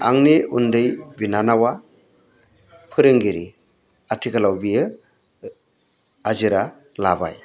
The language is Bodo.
आंनि उन्दै बिनानावा फोरोंगिरि आथिखालाव बियो आजिरा लाबाय